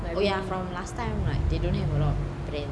oh ya from last time [what] they don't have a lot of brand